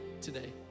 today